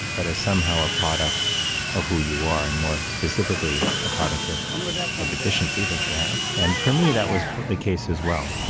but as somehow a product of who you are, and more specifically, a product of a deficiency that you have. and for me, that was the case as well.